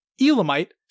Elamite